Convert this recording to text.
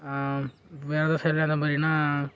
வேறு செயல் அந்த மாதிரின்னா